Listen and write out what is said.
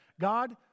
god